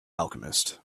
alchemist